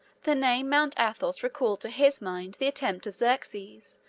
the name mount athos recalled to his mind the attempt of xerxes,